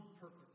purpose